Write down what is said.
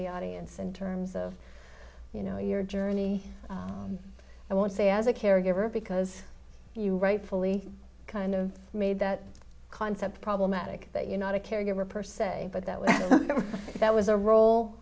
the audience in terms of you know your journey i want to say as a caregiver because you rightfully kind of made that concept problematic that you're not a caregiver per se but that was that was a role